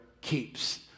keeps